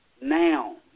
now